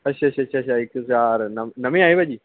ਅੱਛਾ ਅੱਛਾ ਅੱਛਾ ਅੱਛਾ ਇੱਕ ਚਾਰ ਨਮ ਨਵੇਂ ਆਏ ਭਾਅ ਜੀ